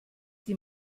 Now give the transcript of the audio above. die